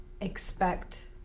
expect